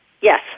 Yes